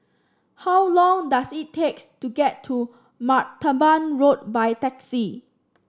how long does it takes to get to Martaban Road by taxi